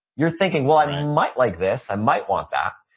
you're thinking, well, i mean might like this. i might want that.